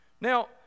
Now